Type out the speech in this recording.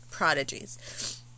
Prodigies